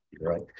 right